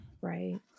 Right